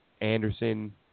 Anderson